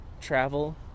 travel